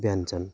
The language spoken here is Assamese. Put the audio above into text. ব্যঞ্জন